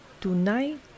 Tonight